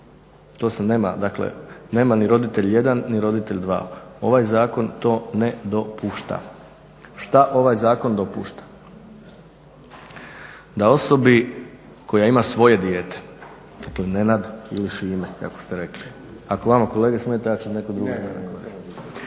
To sad nema ni roditelj jedan ni roditelj dva. Ovaj zakon to ne dopušta. Šta ovaj zakon dopušta? Da osobi koja ima svoje dijete, dakle Nenad ili Šime kako ste rekli, ako vama kolege smeta, ja ću nekog drugog i